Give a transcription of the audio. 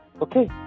Okay